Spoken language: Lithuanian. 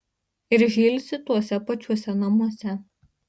ir žilsi tuose pačiuose namuose